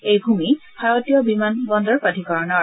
এই ভূমি ভাৰতীয় বমিান বন্দৰ প্ৰাধিকৰণৰ